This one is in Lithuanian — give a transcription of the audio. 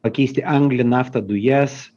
pakeisti anglį naftą dujas